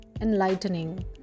enlightening